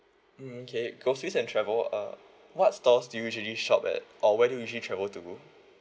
mm okay groceries and travel uh what stores do you usually shop at or where do you usually travel to